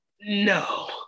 no